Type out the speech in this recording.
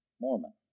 Mormon